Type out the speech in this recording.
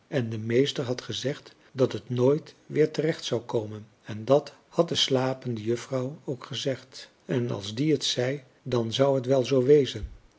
en de meester had gezegd dat het nooit weer terecht zou komen en dat had de slapende juffrouw ook gezegd en als die het zei dan zou het wel zoo wezen